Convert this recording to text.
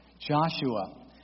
Joshua